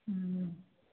ह्म्म